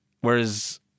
whereas